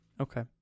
Okay